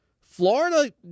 Florida